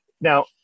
Now